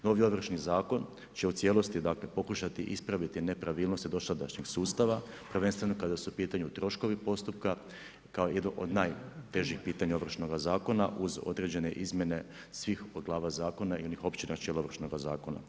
Novi Ovršni zakon će u cjelosti pokušati ispraviti nepravilnosti dosadašnjeg sustava, prvenstveno kada su u pitanju troškovi postupka kao jedno od najtežih pitanja Ovršnog zakona uz određene izmjene svih glava zakona i onih općih načela Ovršnog zakona.